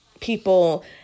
people